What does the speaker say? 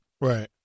Right